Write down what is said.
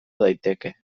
daiteke